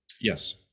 Yes